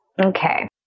Okay